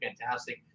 fantastic